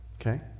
okay